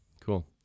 cool